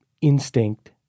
instinct